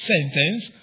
sentence